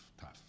tough